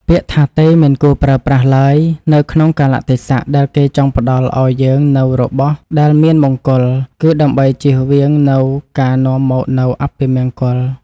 ពាក្យថាទេមិនគួរប្រើប្រាស់ឡើយនៅក្នុងកាលៈទេសៈដែលគេចង់ផ្តល់ឱ្យយើងនូវរបស់ដែលមានមង្គល គឺដើម្បីជៀសវាងនូវការនាំមកនូវអពមង្គល។